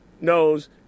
knows